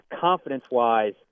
confidence-wise